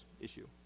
issue